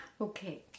Okay